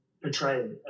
portrayed